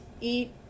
eat